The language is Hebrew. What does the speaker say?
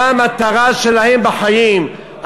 מה המטרה שלהם בחיים,